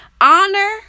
Honor